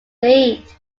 late